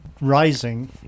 rising